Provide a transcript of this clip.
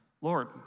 Lord